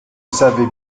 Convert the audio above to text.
savez